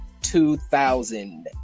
2000